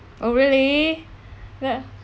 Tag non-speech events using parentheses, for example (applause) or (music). oh really (noise)